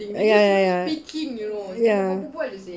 ya ya ya ya